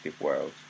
World